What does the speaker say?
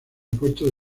puerto